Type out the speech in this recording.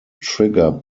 trigger